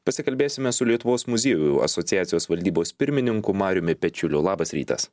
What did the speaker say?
pasikalbėsime su lietuvos muziejų asociacijos valdybos pirmininku mariumi pečiuliu labas rytas